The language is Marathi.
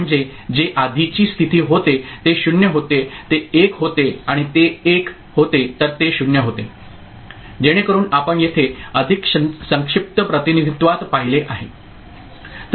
म्हणजे जे आधीची स्थिती होते ते 0 होते ते 1 होते आणि ते 1 होते तर ते 0 होते जेणेकरून आपण येथे अधिक संक्षिप्त प्रतिनिधित्वात पाहिले आहे